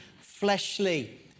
fleshly